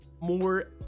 more